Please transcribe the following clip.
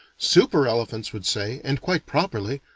super-elephants would say, and quite properly,